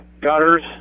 gutters